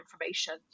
information